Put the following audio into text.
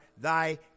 thy